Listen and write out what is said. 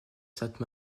sainte